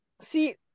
See